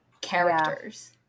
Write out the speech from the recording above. characters